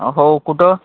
हो कुठं